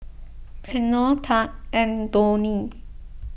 Reino Tahj and Donnie